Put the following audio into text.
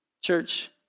Church